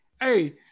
hey